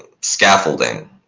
scaffolding